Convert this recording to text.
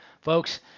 Folks